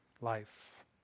life